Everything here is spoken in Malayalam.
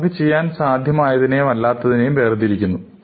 അത് നമുക്ക് ചെയ്യാൻ സാധ്യമായതിനെയും അല്ലാത്തതിനെയും വേർതിരിക്കുന്നു